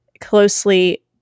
closely